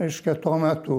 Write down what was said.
reiškia tuo metu